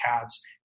cats